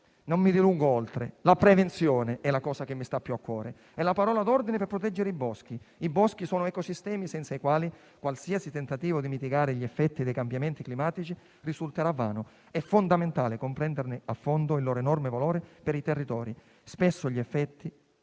Non mi dilungo oltre. La prevenzione è la cosa che mi sta più a cuore ed è la parola d'ordine per proteggere i boschi, che sono ecosistemi senza i quali qualsiasi tentativo di mitigare gli effetti dei cambiamenti climatici risulterà vano. È fondamentale comprenderne a fondo l'enorme valore per i territori. Spesso gli effetti